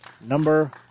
Number